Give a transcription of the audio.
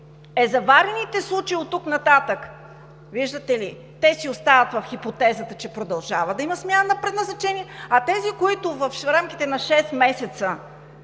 е заварените случаи оттук нататък, виждате ли, те си остават в хипотезата, че продължава да има смяна на предназначение, а тези, които в рамките на шест месеца